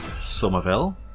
Somerville